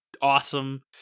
awesome